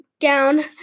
gown